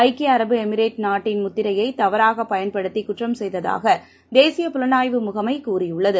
ஐக்கிய அரபு எமிரேட் நாட்டின் முத்திரையைதவறாகபயன்படுத்திகுற்றம் செய்ததாகதேசிய புலனாய்வு முகமைகூறியுள்ளது